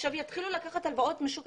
יתחילו עכשיו לקחת הלוואות בשוק